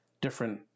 different